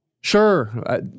Sure